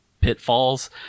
pitfalls